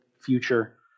future